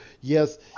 Yes